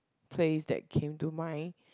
place that came to mind